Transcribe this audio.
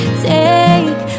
take